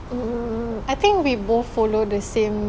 I think we both follow the same